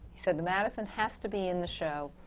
he said, the madison has to be in the show,